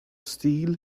steel